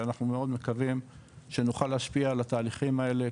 ואנחנו מאוד מקווים שנוכל להשפיע על הדברים האלה,